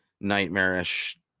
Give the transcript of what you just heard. nightmarish